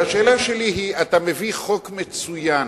והשאלה שלי היא: אתה מביא חוק מצוין,